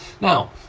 Now